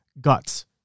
Guts